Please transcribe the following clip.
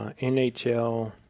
NHL